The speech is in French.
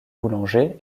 boulanger